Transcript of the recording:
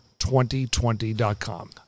2020.com